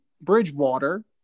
Bridgewater